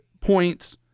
points